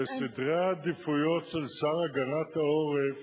בסדר העדיפויות של השר להגנת העורף,